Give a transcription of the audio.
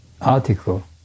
article